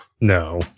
No